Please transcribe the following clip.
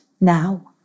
now